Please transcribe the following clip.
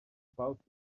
both